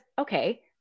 okay